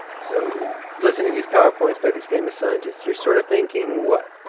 so listening to these powerpoints by these famous scientists, you're sort of thinking what?